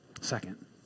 Second